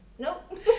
Nope